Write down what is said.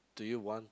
do you want